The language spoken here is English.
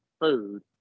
food